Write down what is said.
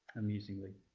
amusingly.